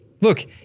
Look